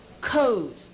codes